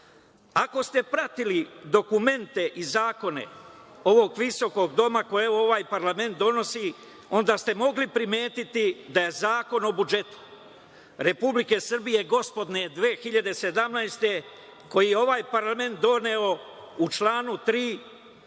ako ste pratili dokumente i zakone ovog visokog doma, koje ovaj parlament donosi, onda ste mogli primetiti da je Zakon o budžetu Republike Srbije gospodnje 2017. godine, koji je ovaj parlament doneo, u članu 3.